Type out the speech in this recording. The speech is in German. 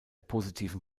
positiven